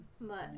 But-